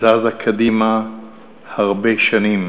זזה קדימה הרבה שנים,